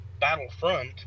Battlefront